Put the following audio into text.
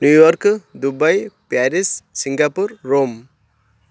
New York Dubai Paris Singapore Rome